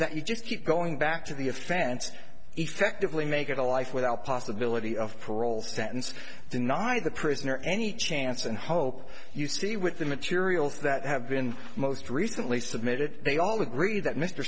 that you just keep going back to the offense effectively make it a life without possibility of parole sentence deny the prisoner any chance and hope you see with the materials that have been most recently submitted they all agree that mr